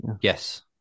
Yes